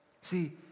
See